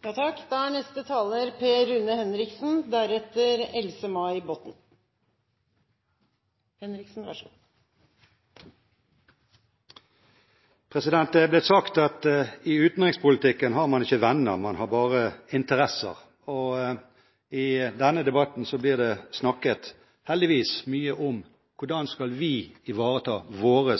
Det er blitt sagt at i utenrikspolitikken har man ikke venner, man har bare interesser. Og i denne debatten blir det snakket – heldigvis – mye om hvordan vi skal ivareta våre